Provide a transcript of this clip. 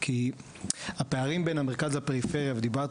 כי הפערים בין המרכז לפריפריה ודיברת